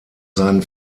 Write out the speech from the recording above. seinen